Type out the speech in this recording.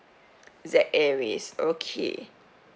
Z airways okay